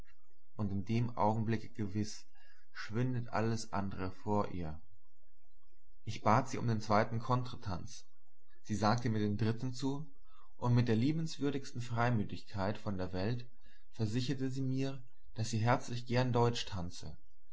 und in dem augenblicke gewiß schwindet alles andere vor ihr ich bat sie um den zweiten contretanz sie sagte mit den dritten zu und mit der liebenswürdigsten freimütigkeit von der welt versicherte sie mir daß sie herzlich gern deutsch tanze